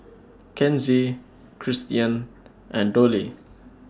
Kenzie Cristian and Dollye